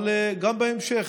אבל גם בהמשך,